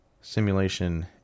simulation